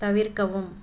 தவிர்க்கவும்